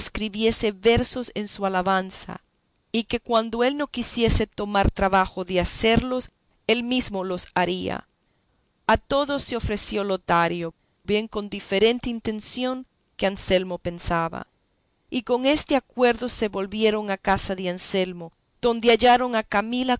escribiese versos en su alabanza y que cuando él no quisiese tomar trabajo de hacerlos él mesmo los haría a todo se ofreció lotario bien con diferente intención que anselmo pensaba y con este acuerdo se volvieron a casa de anselmo donde hallaron a camila